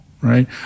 right